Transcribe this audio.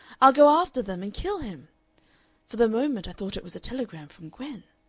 i'll go after them and kill him for the moment i thought it was a telegram from gwen.